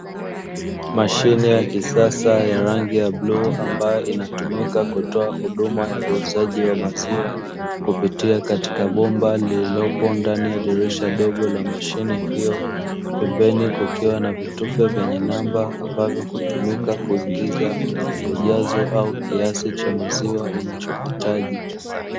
Mashine ya kisasa ya rangi ya bluu ambayo inatumika kutoa huduma ya uuzaji wa maziwa, kupitia katika bomba lililopo ndani ya dirisha dogo la mashine hiyo. Pembeni kukiwa na vitufe vye namba, ambavyo hutumika kuingiza ujazo au kiasi cha maziwa unachohitaji.